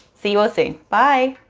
see you all soon, bye!